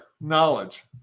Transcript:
Knowledge